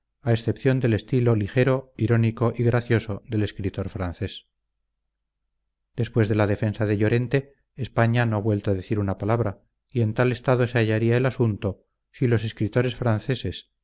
a excepción del estilo ligero irónico y gracioso del escritor francés después de la defensa de llorente españa no ha vuelto a decir una palabra y en tal estado se hallaría el asunto si los escritores franceses